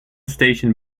station